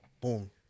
boom